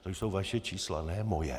To jsou vaše čísla, ne moje.